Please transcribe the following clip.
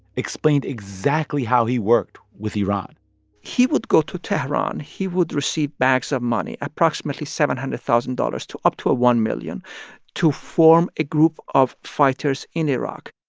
explained exactly how he worked with iran he would go to tehran. he would receive bags of money approximately seven hundred thousand dollars to up to ah one million dollars to form a group of fighters in iraq